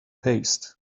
paste